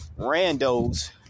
randos